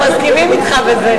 אנחנו מסכימים אתך בזה,